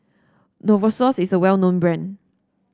Novosource is a well known brand